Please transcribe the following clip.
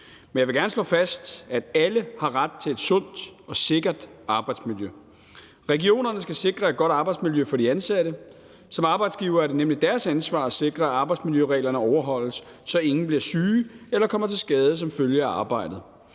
Men jeg vil gerne slå fast, at alle har ret til et sundt og sikkert arbejdsmiljø. Regionerne skal sikre et godt arbejdsmiljø for de ansatte. Som arbejdsgivere er det nemlig deres ansvar at sikre, at arbejdsmiljøreglerne overholdes, så ingen bliver syge eller kommer til skade som følge af arbejdet.